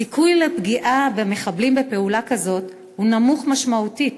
הסיכוי לפגיעה במחבלים בפעולה כזאת הוא נמוך משמעותית